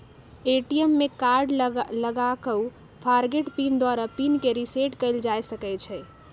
ATM में card लगा कऽ फ़ॉरगोट पिन द्वारा पिन के रिसेट कएल जा सकै छै